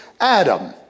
Adam